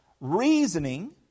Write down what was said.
reasoning